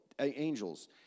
angels